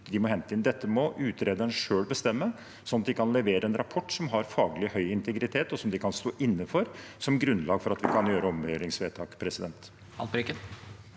Dette må utrederne selv bestemme, sånn at de kan levere en rapport som har høy faglig integritet, og som de kan stå inne for, som grunnlag for at vi kan gjøre et omgjøringsvedtak. Lars